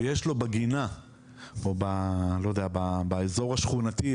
ויש לו בגינה או באזור השכונתי,